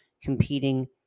competing